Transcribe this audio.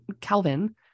Calvin